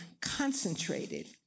concentrated